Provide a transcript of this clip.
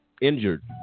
injured